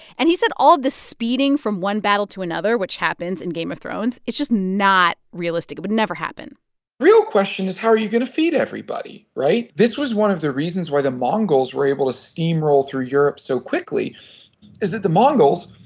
and he said all the speeding from one battle to another which happens in game of thrones is just not realistic. it would never happen real question is how are you going to feed everybody, right? this was one of the reasons why the mongols were able to steamroll through europe so quickly is that the mongols,